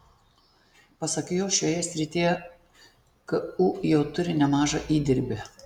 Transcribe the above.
pasak jo šioje srityje ku jau turi nemažą įdirbį